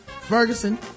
Ferguson